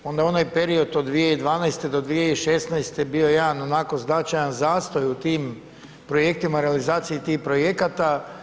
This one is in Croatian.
Onda onaj period od 2012.-2016. bio je jedan onako značajan zastoj u tim projektima i realizaciji tih projekata.